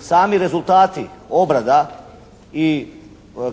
sami rezultati obrada i